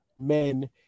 men